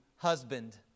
husband